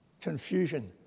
confusion